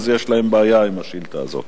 אז יש להם בעיה עם השאילתא הזאת.